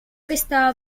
aquesta